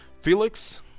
Felix